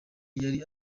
yari